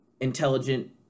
intelligent